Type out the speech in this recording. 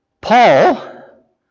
Paul